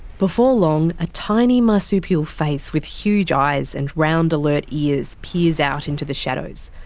before long a tiny marsupial face with huge eyes and round alert ears peers out into the shadows,